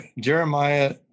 Jeremiah